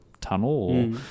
tunnel